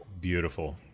beautiful